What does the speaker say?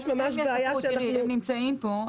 נציגי החברות נמצאים פה.